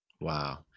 Wow